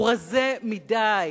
הוא רזה מדי.